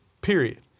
Period